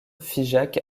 figeac